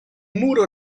muro